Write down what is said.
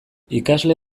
ikasle